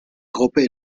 gruppe